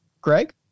Greg